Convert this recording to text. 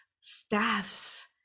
staffs